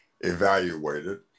evaluated